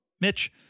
Mitch